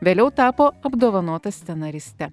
vėliau tapo apdovanota scenariste